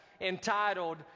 entitled